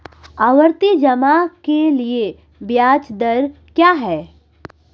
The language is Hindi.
आवर्ती जमा के लिए ब्याज दर क्या है?